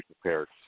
prepared